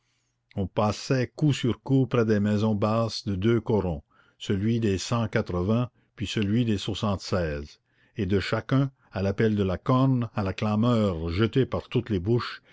on passa coup sur coup près des maisons basses de deux corons celui des cent quatre vingts puis celui des soixante-seize et de chacun à l'appel de la corne à la clameur jetée par toutes les bouches